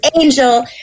angel